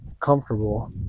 comfortable